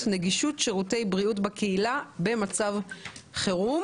(נגישות שירותי בריאות בקהילה במצב חירום).